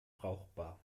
brauchbar